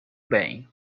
bem